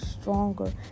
stronger